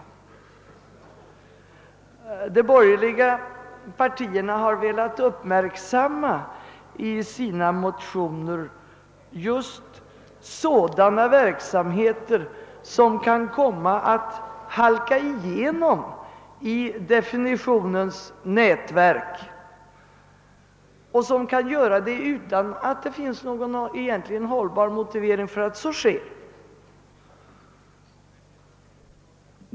De borgerliga partierna har i sina motioner velat uppmärksamma sådana verksamheter, som utan egentligt hållbart motiv kan komma att halka igenom definitionens nätverk.